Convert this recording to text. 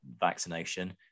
vaccination